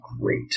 great